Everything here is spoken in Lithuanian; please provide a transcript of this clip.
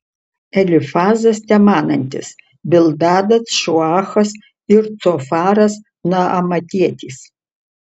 elifazas temanantis bildadas šuachas ir cofaras naamatietis